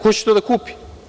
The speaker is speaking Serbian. Ko će to da kupi?